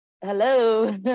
hello